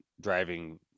driving